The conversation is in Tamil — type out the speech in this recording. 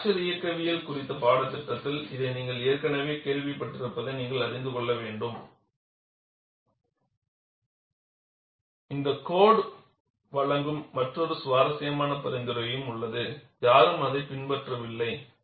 பிராக்சர் இயக்கவியல் குறித்த பாடத்திட்டத்தில் இதை நீங்கள் ஏற்கனவே கேள்விப்பட்டிருப்பதை நீங்கள் அறிந்து கொள்ள வேண்டும் இந்த கோடு வழங்கும் மற்றொரு சுவாரஸ்யமான பரிந்துரையும் உள்ளது யாரும் அதைப் பின்பற்றவில்லை